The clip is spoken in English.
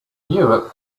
europe